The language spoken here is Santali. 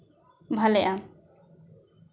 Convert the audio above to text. ᱵᱷᱟᱹᱜᱤᱼᱟ